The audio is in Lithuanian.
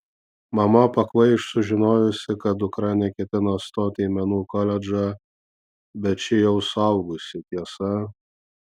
mama pakvaiš sužinojusi kad dukra neketina stoti į menų koledžą bet ši jau suaugusi tiesa